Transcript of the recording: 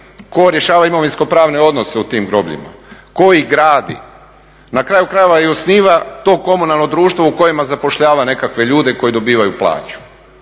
Tko rješava imovinsko pravne odnose u tim grobljima? Tko ih gradi? Na kraju krajeva i osniva to komunalno društvo u kojem zapošljava nekakve ljude koji dobivaju plaću